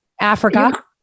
africa